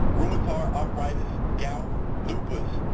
rheumatoid arthritis, gout, lupus,